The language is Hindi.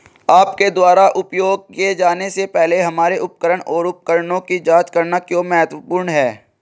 आपके द्वारा उपयोग किए जाने से पहले हमारे उपकरण और उपकरणों की जांच करना क्यों महत्वपूर्ण है?